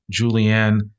Julianne